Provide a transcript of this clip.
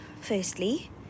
firstly